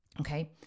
Okay